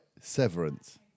severance